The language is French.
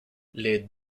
les